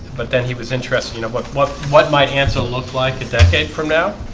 but then he was interested. you know, what what what might an so looked like a decade from now